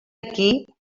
aquí